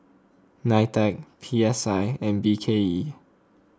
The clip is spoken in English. Nitec P S I and B K E